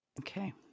Okay